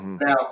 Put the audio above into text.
Now